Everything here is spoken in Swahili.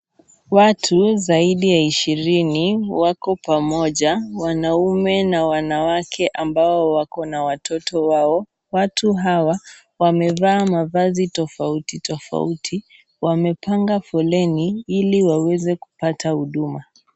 Watu zaidi ya ishirini wako pamoja, wanaume na wanawake ambao wako na watoto wao, watu hawa wamevaa mavazi tofauti tofauti wamepanga foleni ili waweze kupata huduma.